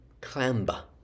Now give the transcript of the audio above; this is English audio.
clamber